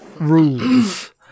rules